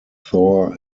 thor